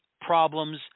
problems